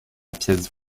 pièce